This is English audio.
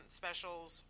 specials